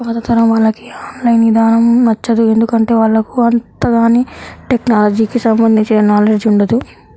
పాతతరం వాళ్లకి online ఇదానం నచ్చదు, ఎందుకంటే వాళ్లకు అంతగాని టెక్నలజీకి సంబంధించిన నాలెడ్జ్ ఉండదు